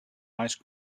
ice